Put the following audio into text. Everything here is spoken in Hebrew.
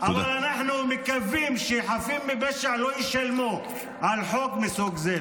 אבל אנחנו מקווים שחפים מפשע לא ישלמו על חוק מסוג זה.